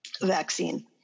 vaccine